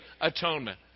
atonement